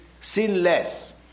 sinless